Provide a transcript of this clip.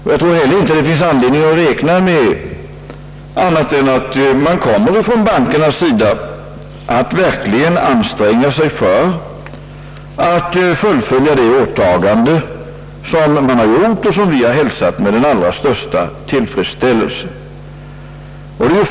Jag tror inte heller att det finns anledning att räkna med annat än att man från bankernas sida verkligen kommer att anstränga sig att fullfölja de åtaganden, som har gjorts och som vi har hälsat med den allra största tillfredsställelse.